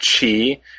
Chi